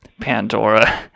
Pandora